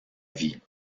vie